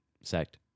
sect